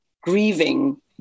grieving